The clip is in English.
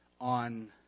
on